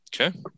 Okay